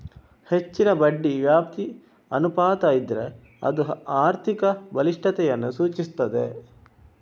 ಹೆಚ್ಚಿನ ಬಡ್ಡಿ ವ್ಯಾಪ್ತಿ ಅನುಪಾತ ಇದ್ರೆ ಅದು ಆರ್ಥಿಕ ಬಲಿಷ್ಠತೆಯನ್ನ ಸೂಚಿಸ್ತದೆ